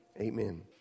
amen